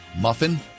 Muffin